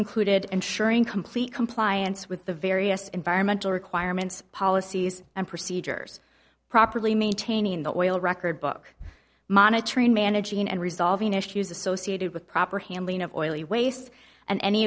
included ensuring complete compliance with the various environmental requirements policies and procedures properly maintaining the oil record book monitoring managing and resolving issues associated with proper handling of oily waste and any